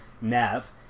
NAV